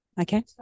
Okay